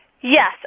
Yes